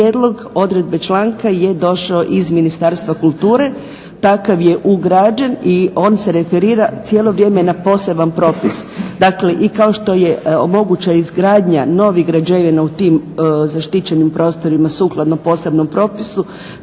prijedlog odredbe članka je došao iz Ministarstva kulture, takav je ugrađen i on se referira cijelo vrijeme na poseban propis. Dakle, i kao što je moguća izgradnja novih građevina u tim zaštićenim prostorima sukladno posebnom propisu,